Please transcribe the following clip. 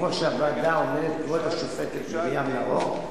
בראש הוועדה עומדת כבוד השופטת מרים נאור,